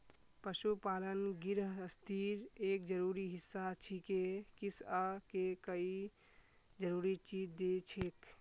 पशुपालन गिरहस्तीर एक जरूरी हिस्सा छिके किसअ के ई कई जरूरी चीज दिछेक